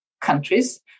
countries